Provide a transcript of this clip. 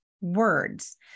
words